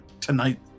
tonight